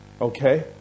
Okay